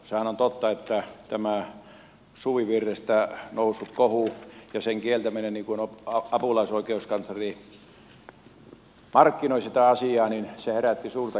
sehän on totta että tämä suvivirrestä noussut kohu ja sen kieltäminen niin kuin apulaisoikeuskansleri markkinoi sitä asiaa herätti suurta keskustelua